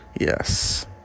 Yes